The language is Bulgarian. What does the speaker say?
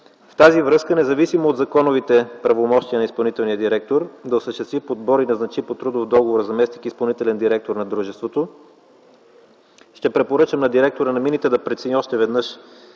с това, независимо от законовите правомощия на изпълнителния директор да осъществи подбор и назначи по трудов договор заместник-изпълнителен директор на дружеството, ще препоръчам на директора на мините да прецени още веднъж